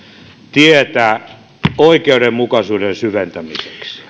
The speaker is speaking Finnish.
tietä oikeudenmukaisuuden syventämiseksi